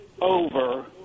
over